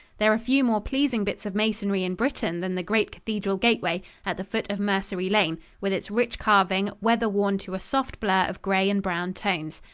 there are few more pleasing bits of masonry in britain than the great cathedral gateway at the foot of mercery lane, with its rich carving, weather-worn to a soft blur of gray and brown tones.